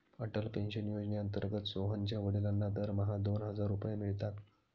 Atal pension योजनेअंतर्गत सोहनच्या वडिलांना दरमहा दोन हजार रुपये मिळतात